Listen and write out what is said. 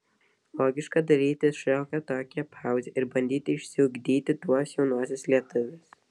logiška daryti šiokią tokią pauzę ir bandyti išsiugdyti tuos jaunuosius lietuvius